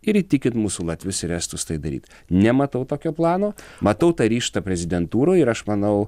ir įtikint mūsų latvius ir estus tai daryt nematau tokio plano matau tą ryžtą prezidentūroj ir aš manau